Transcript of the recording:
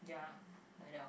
yeah like that orh